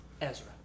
Ezra